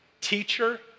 teacher